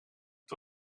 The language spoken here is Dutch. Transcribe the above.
het